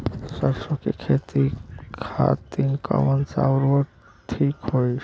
सरसो के खेती खातीन कवन सा उर्वरक थिक होखी?